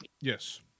Yes